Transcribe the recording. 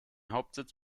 hauptsitz